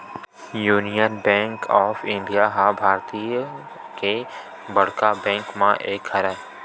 union bank of India ह भारतीय के बड़का बेंक मन म एक हरय